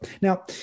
Now